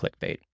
clickbait